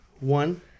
one